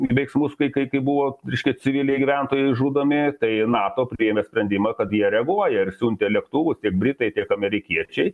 veiksmus kai kai buvo reiškias civiliai gyventojai žudomi tai nato priėmė sprendimą kad jie reaguoja ir siuntė lėktuvus tiek britai tiek amerikiečiai